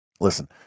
Listen